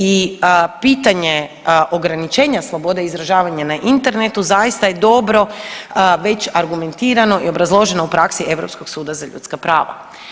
I pitanje ograničenja slobode izražavanja na internetu zaista je dobro već argumentirano i obrazloženo u praksi Europskog suda za ljudska prava.